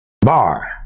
Bar